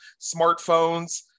smartphones